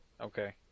Okay